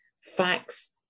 Facts